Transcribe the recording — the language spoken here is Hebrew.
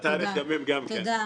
אמן, תודה.